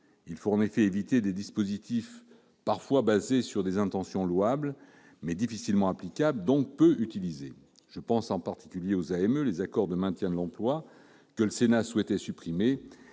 Il faut en effet éviter des dispositifs parfois fondés sur des intentions louables mais difficilement applicables, donc, peu utilisés. Je pense, en particulier, aux accords de maintien de l'emploi, les AME, que le Sénat souhaitait supprimer